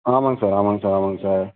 ஆமாம்ங்க சார் ஆமாம்ங்க சார் ஆமாம்ங்க சார்